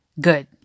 good